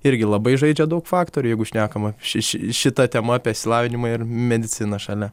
irgi labai žaidžia daug faktorių jeigu šnekama ši šita tema apie išsilavinimą ir mediciną šalia